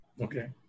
Okay